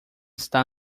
está